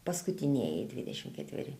paskutinieji dvidešim ketveri